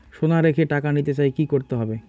সোনা রেখে টাকা নিতে চাই কি করতে হবে?